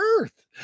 earth